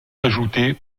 ajoutés